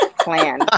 plan